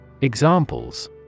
Examples